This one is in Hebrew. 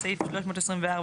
בסעיף 324,